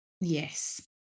Yes